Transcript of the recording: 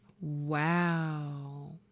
Wow